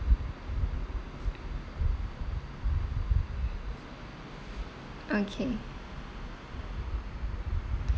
okay